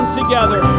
together